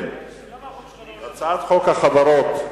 הצעת חוק החברות.